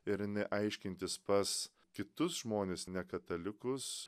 ir eini aiškintis pas kitus žmones nekatalikus